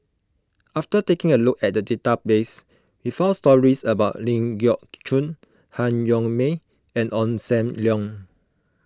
after taking a look at the database we found stories about Ling Geok Choon Han Yong May and Ong Sam Leong